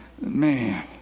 man